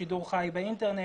שידור חי באינטרנט,